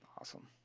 Awesome